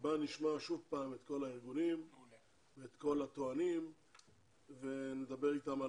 שבה נשמע שוב פעם את כל הארגונים ואת כל הטוענים ונדבר איתם.